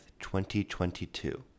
2022